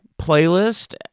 playlist